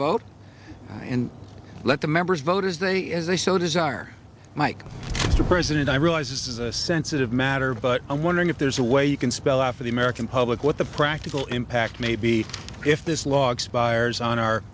vote and let the members vote as they as they so desire mike mr president i realize this is a sensitive matter but i'm wondering if there's a way you can spell out for the american public what the practical impact may be if this law expires on our